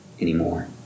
anymore